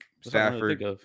Stafford